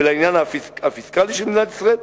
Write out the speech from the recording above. ולעניין הפיסקלי של מדינת ישראל,